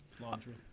laundry